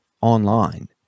online